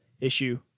issue